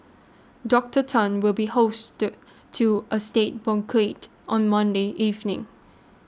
Doctor Tan will be hosted to a state banquet on Monday evening